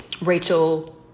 Rachel